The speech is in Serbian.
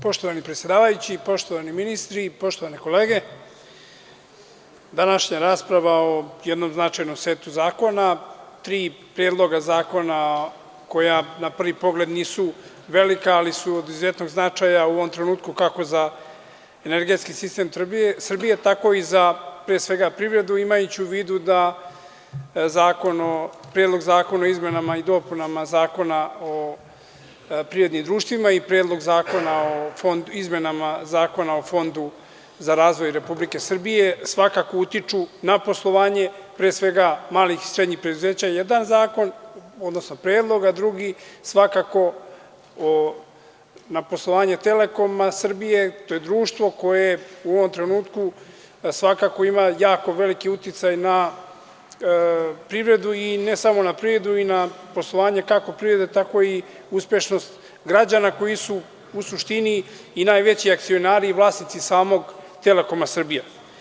Poštovani predsedavajući, poštovani ministri, poštovane kolege, današnja rasprava o jednom značajnom setu zakona, tri predloga zakona koja na prvi pogled nisu velika, ali su od izuzetnog značaja u ovom trenutku kako za energetski sistem Srbije, tako i za pre svega privredu, imajući u vidu da Predlog zakona o izmenama i dopunama Zakona o privrednim društvima i Predlog zakona o izmenama Zakona o Fondu za razvoj Republike Srbije, svakako utiču na poslovanje, pre svega malih i srednjih preduzeća jedan zakon, odnosno predlog, a drugi svakako na poslovanje Telekoma Srbije, to je društvo koje u ovom trenutku svakako ima jako veliki uticaj na privredu i ne samo na privredu i na poslovanje kako privrede, tako i uspešnost građana koji su u suštini i najveći akcionari i vlasnici samog Telekoma Srbija.